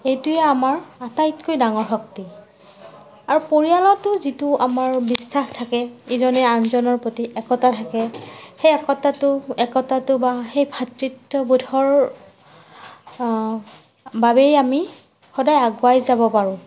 এইটোৱেই আমাৰ আটাইতকৈ ডাঙৰ শক্তি আৰু পৰিয়ালতো যিটো আমাৰ বিশ্বাস থাকে ইজনে আনজনৰ প্ৰতি একতা থাকে সেই একতাটো একতাটো বা সেই ভাতৃত্ববোধৰ বাবেই আমি সদায় আগুৱাই যাব পাৰোঁ